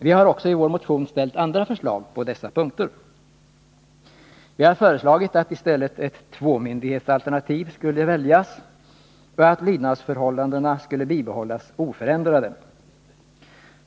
Vi har också i vår motion ställt andra förslag på dessa punkter. Vi har föreslagit att i stället ett tvåmyndighetsalternativ skulle väljas och att lydnadsförhållandena skulle bibehållas oförändrade.